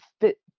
fit